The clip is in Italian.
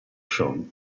sean